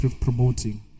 promoting